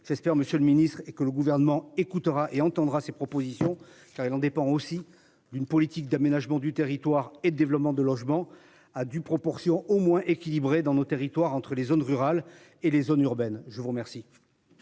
clair. Monsieur le ministre et que le gouvernement écoutera et entendra ses propositions car elle dépend aussi d'une politique d'aménagement du territoire et de développement de logements à due proportion au moins équilibré dans nos territoires entre les zones rurales et les zones urbaines. Je vous remercie.